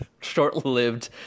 short-lived